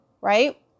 Right